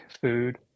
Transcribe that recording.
food